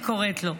הייתי קוראת לו.